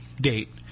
date